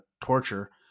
torture